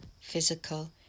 physical